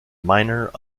minor